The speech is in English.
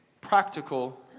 practical